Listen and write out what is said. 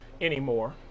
anymore